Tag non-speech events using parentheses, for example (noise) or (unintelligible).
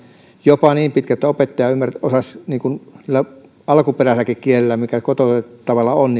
jopa niin pitkälle että opettaja osaisi alkuperäiselläkin kielellä mikä kotoutettavalla on (unintelligible)